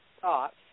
thoughts